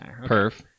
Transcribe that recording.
perf